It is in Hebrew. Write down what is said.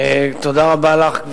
תודה רבה לך,